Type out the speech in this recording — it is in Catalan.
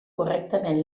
correctament